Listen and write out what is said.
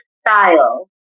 style